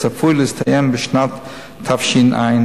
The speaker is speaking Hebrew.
הצפוי להסתיים בשנת תשע"ב.